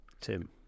Tim